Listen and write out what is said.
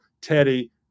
teddy